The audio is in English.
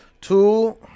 two